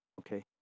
Okay